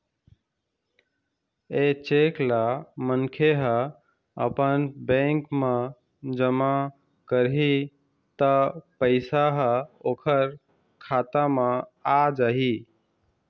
ए cheque ल मनखे ह अपन बेंक म जमा करही त पइसा ह ओखर खाता म आ जाही